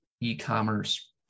e-commerce